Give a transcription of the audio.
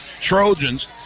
Trojans